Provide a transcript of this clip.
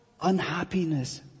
unhappiness